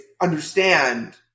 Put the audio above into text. understand